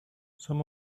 some